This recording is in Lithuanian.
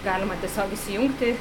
galima tiesiog įsijungti